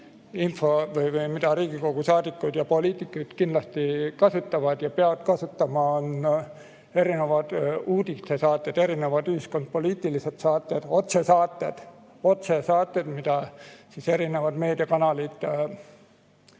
tööriist, mida Riigikogu saadikud ja [muud] poliitikud kindlasti kasutavad ja peavad kasutama, on erinevad uudistesaated, erinevad ühiskonnapoliitilised saated, sealhulgas otsesaated, mida erinevad meediakanalid